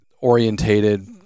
orientated